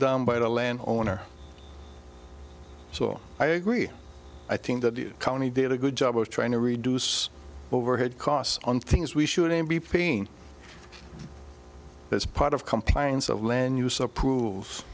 done by the land owner so i agree i think that the county did a good job of trying to reduce overhead costs on things we shouldn't be pain as part of compliance of land